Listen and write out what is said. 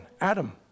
Adam